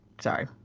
Sorry